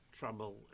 trouble